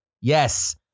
yes